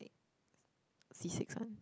C six one